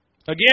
Again